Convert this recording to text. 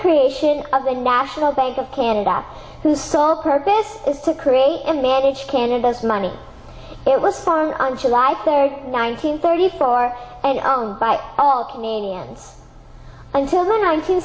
creation of the national bank of canada whose sole purpose is to create and manage canada's money it was sung on july third nine hundred thirty four and owned by all canadians until